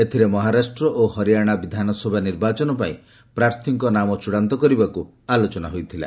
ଏଥିରେ ମହାରାଷ୍ଟ୍ର ଓ ହରିଆଣା ବିଧାନସଭା ନିର୍ବାଚନ ପାଇଁ ପ୍ରାର୍ଥୀଙ୍କ ନାମ ଚୂଡ଼ାନ୍ତ କରିବାକୁ ଆଲୋଚନା ହୋଇଥିଲା